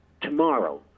tomorrow